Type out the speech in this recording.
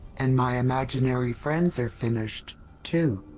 and my imaginary friends are finished too.